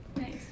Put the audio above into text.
Nice